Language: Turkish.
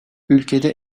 ülkede